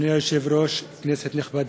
אדוני היושב-ראש, כנסת נכבדה,